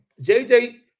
JJ